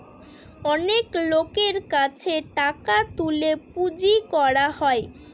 অনেক লোকের কাছে টাকা তুলে পুঁজি করা হয়